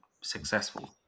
successful